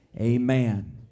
Amen